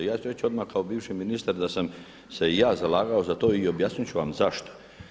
Ja ću reći odmah kao bivši ministar da sam se i ja zalagao za to i objasnit ću vam zašto.